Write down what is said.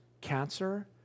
cancer